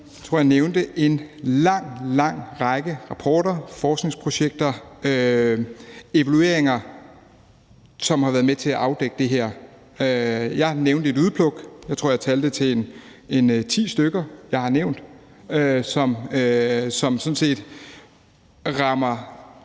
jeg nævnte en lang, lang række af rapporter, forskningsprojekter og evalueringer, som har været med til at afdække det her. Jeg nævnte et udpluk. Jeg tror, at jeg talte til en ti stykker, som jeg